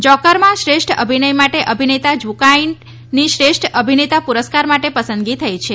જોકરમાં શ્રેષ્ઠ અભિનય માટે અભિનેતા જુઆકવીનની શ્રેષ્ઠ અભિનેતા પુરસ્કાર માટે પસંદગી થઇ છે